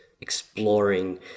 exploring